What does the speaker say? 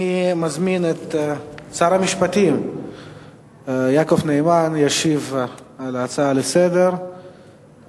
אני מזמין את שר המשפטים יעקב נאמן להשיב על ההצעות לסדר-היום.